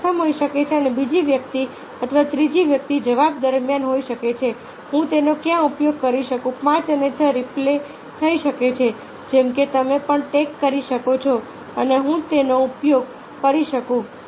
તે પ્રથમ હોઈ શકે છે અને બીજી વ્યક્તિ અથવા ત્રીજી વ્યક્તિ જવાબ દરમિયાન હોઈ શકે છે હું તેનો ક્યાં ઉપયોગ કરી શકું પાંચ અને છ રિપ્લે થઈ શકે છે જેમ કે તમે પણ ટેગ કરી શકો છો અને હું તેનો ઉપયોગ ક્યારે કરી શકું